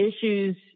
issues